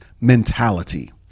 mentality